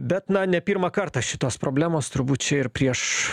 bet na ne pirmą kartą šitos problemos turbūt čia ir prieš